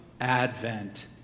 Advent